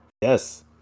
Yes